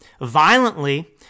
violently